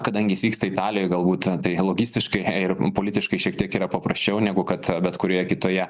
kadangi jis vyksta italijoj galbūt tai logistiškai ir politiškai šiek tiek yra paprasčiau negu kad bet kurioje kitoje